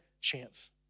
chance